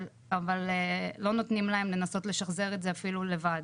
אבל לא נותנים להם לנסות לשחזר את זה אפילו לבד.